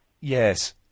Yes